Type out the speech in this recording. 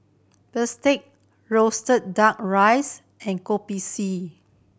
bistake roasted Duck Rice and Kopi C